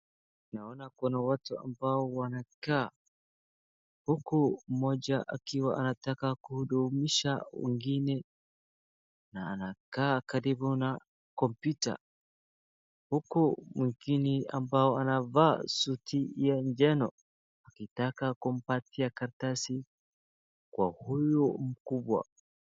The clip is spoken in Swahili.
Naona kuna watu ambao wanakaa. Huku mmoja akiwa anataka kuhudumisha wengine na anakaa karibu na kompyuta. Huku mwingine ambao anavaa suti ya njano akitaka kumpatia karatasi kwa huyu mkubwa.